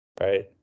Right